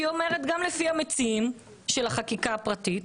גם לפי המציעים של החקיקה הפרטית,